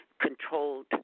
controlled